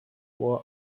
four